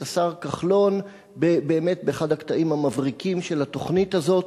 את השר כחלון באחד הקטעים המבריקים באמת של התוכנית הזאת,